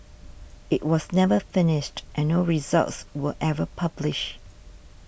it was never finished and no results were ever published